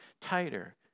tighter